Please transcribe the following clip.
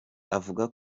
avuga